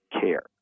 care